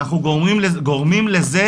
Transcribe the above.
ואנחנו גורמים לזה,